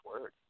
word